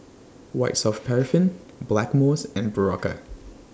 White Soft Paraffin Blackmores and Berocca